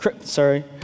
sorry